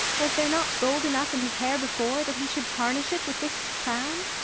was there not gold enough in his hair before, that he should tarnish it with this crown?